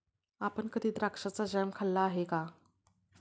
आपण कधी द्राक्षाचा जॅम खाल्ला आहे का?